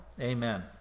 Amen